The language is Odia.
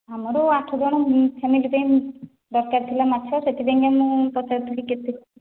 ଆମର ଆଠ ଜଣ ଫ୍ୟାମିଲି ପାଇଁ ଦରକାର ଥିଲା ମାଛ ସେଇଥିପାଇଁକା ମୁଁ ପଚାରୁଥିଲି କେତେ